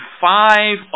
five